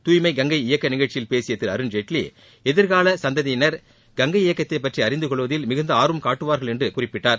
தூய்மை கங்கை இயக்க நிகழ்ச்சியில் பேசிய திரு அருண்ஜேட்வி எதிர்கால சந்ததியினர் கங்கை இயக்கத்தை பற்றி அறிந்துகொள்வதில் மிகுந்த ஆர்வம் காட்டுவார்கள் என்று குறிப்பிட்டார்